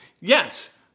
Yes